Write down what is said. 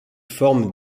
forme